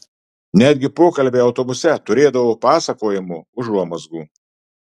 netgi pokalbiai autobuse turėdavo pasakojimo užuomazgų